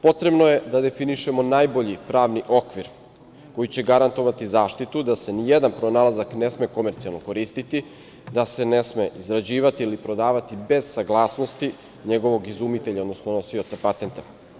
Potrebno je da definišemo najbolji pravni okvir koji će garantovati zaštitu da se nijedan pronalazak ne sme komercijalno koristiti, da se ne sme izrađivati ili prodavati bez saglasnosti njegovog izumitelja, odnosno nosioca patenta.